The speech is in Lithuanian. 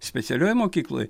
specialioj mokykloj